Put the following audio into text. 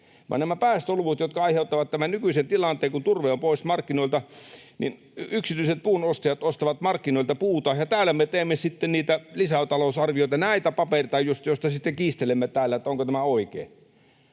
Nämä päästöluvut aiheuttavat tämän nykyisen tilanteen. Kun turve on pois markkinoilta, niin yksityiset puunostajat ostavat markkinoilta puuta, ja täällä me teemme sitten niitä lisätalousarvioita, näitä papereita just, joista sitten kiistelemme täällä, onko tämä oikein.